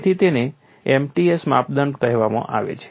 તેથી તેને MTS માપદંડ કહેવામાં આવે છે